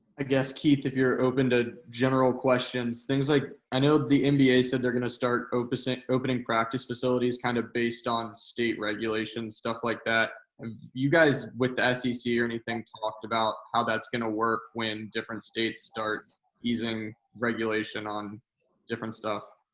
i guess, keith, if you're open to general questions, things like, i know the nba said they're going to start opening opening practice facilities kind of based on state regulations, stuff like that. have you guys, with the sec or anything, talked about how that's going to work when different states start easing regulation on different stuff?